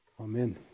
Amen